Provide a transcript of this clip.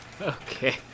Okay